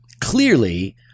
clearly